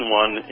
one